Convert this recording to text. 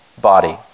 body